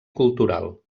cultural